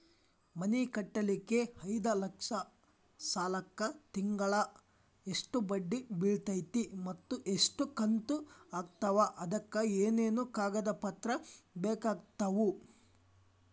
ಮನಿ ಕಟ್ಟಲಿಕ್ಕೆ ಐದ ಲಕ್ಷ ಸಾಲಕ್ಕ ತಿಂಗಳಾ ಎಷ್ಟ ಬಡ್ಡಿ ಬಿಳ್ತೈತಿ ಮತ್ತ ಎಷ್ಟ ಕಂತು ಆಗ್ತಾವ್ ಅದಕ ಏನೇನು ಕಾಗದ ಪತ್ರ ಬೇಕಾಗ್ತವು?